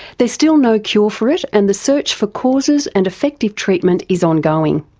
there's still no cure for it and the search for causes and effective treatment is ongoing.